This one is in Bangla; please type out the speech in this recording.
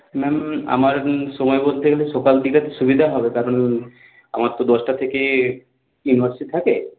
ম্যাম আমার সময় বলতে গেলে সকালের দিকে সুবিধা হবে কারণ আমার তো দশটা থেকে ইউনিভার্সিটি থাকে